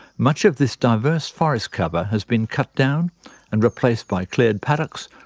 much of this diverse forest cover has been cut down and replaced by cleared paddocks,